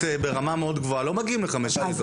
ברמה מאוד גבוהה לא מגיעים לחמש יחידות.